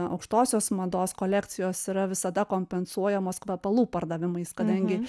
aukštosios mados kolekcijos yra visada kompensuojamos kvepalų pardavimais kadangi